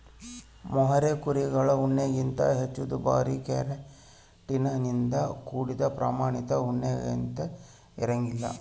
mohair ಕುರಿಗಳ ಉಣ್ಣೆಗಿಂತ ಹೆಚ್ಚು ದುಬಾರಿ ಕೆರಾಟಿನ್ ನಿಂದ ಕೂಡಿದ ಪ್ರಾಮಾಣಿತ ಉಣ್ಣೆಯಂತೆ ಇರಂಗಿಲ್ಲ